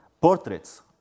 portraits